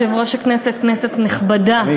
כנסת נכבדה,